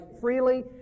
freely